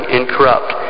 incorrupt